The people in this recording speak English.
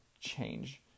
change